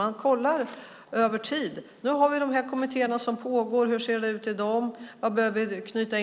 Det är viktigt att man kollar över tid och ser vilka kommittéer som pågår, hur de ser ut och vilken kompetens man behöver knyta